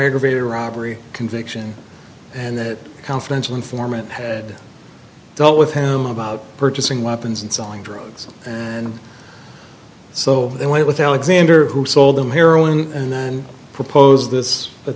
greater robbery conviction and that confidential informant had dealt with him about purchasing weapons and selling drugs and so they went with alexander who sold them heroin and then proposed this but